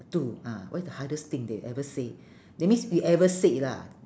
to ah what is the hardest thing that you ever say that means we ever said lah